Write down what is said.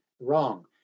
wrong